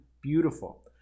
Beautiful